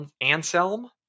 Anselm